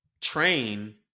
train